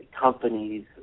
companies